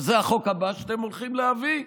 שזה החוק הבא שאתם הולכים להביא.